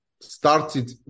started